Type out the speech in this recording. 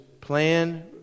plan